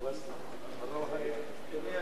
אדוני